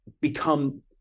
become